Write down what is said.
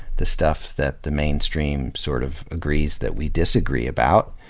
the stuff that the mainstream sort of agrees that we disagree about,